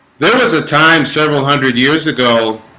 there was a time several hundred years ago